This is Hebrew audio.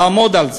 לעמוד על זה.